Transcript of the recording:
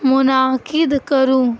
منعقد کروں